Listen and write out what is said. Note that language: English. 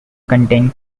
contain